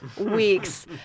weeks